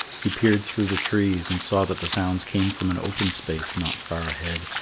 he peered through the trees, and saw that the sounds came from an open space not far ahead,